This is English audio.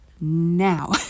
now